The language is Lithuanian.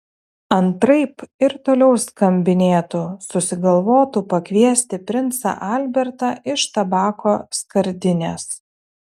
antraip ir toliau skambinėtų susigalvotų pakviesti princą albertą iš tabako skardinės